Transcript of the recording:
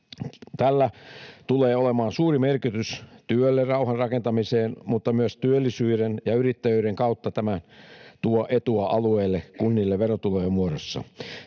Tällä tulee olemaan suuri merkitys työlle ja rauhan rakentamiselle, mutta myös työllisyyden ja yrittäjyyden kautta tämä tuo etua alueelle ja kunnille verotulojen muodossa.